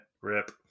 Rip